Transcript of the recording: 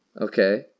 Okay